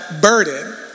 burden